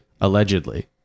Allegedly